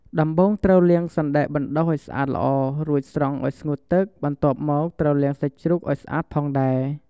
ដំបូងត្រូវលាងសណ្ដែកបណ្ដុះឱ្យស្អាតល្អ រួចស្រង់ឱ្យស្ងួតទឹក បន្ទាប់មកត្រូវលាងសាច់ជ្រូកឱ្យស្អាតផងដែរ។